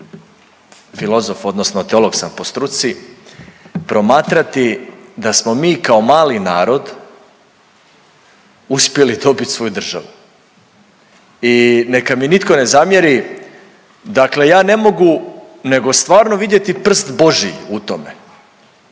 filozof odnosno teolog sam po struci promatrati da smo mi kao mali narod uspjeli dobit svoju državu. I neka mi nitko ne zamjeri, dakle ja ne mogu nego stvarno vidjeti prst božji u tome,